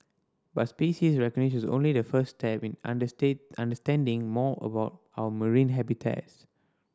but species recognition is only the first step in understanding more about our marine habitats